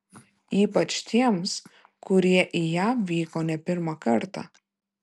ypač tiems kurie į jav vyko ne pirmą kartą